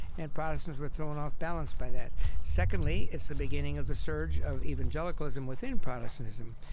and protestants were thrown off balance by that secondly, it's the beginning of the surge of evangelicalism within protestantism,